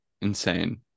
insane